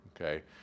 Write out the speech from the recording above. Okay